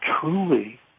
truly